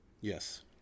Yes